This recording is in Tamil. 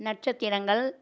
நட்சத்திரங்கள்